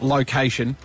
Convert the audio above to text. Location